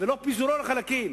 ולא פיזורו לחלקים.